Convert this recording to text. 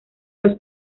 los